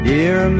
Dear